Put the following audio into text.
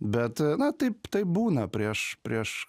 bet na taip taip būna prieš prieš